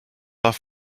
off